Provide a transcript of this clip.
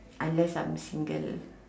unless I'm single